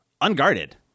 unguarded